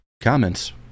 comments